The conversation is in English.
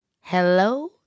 Hello